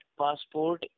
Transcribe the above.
passport